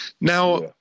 now